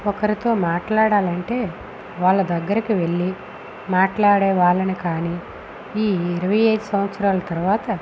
ఒకరితో మాట్లాడాలంటే వాళ్ళ దగ్గరికి వెళ్లి మాట్లాడే వాళ్ళని కానీ ఈ ఇరవై ఐదు సంవత్సరాలు తర్వాత